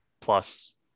plus